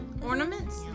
Ornaments